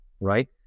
right